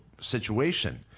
situation